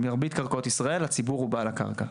במרבית קרקעות ישראל הציבור הוא בעל הקרקע.